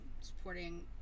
supporting